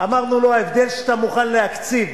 אמרנו לו: ההבדל שאתה מוכן להקציב